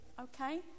okay